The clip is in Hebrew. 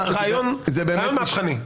רעיון מהפכני.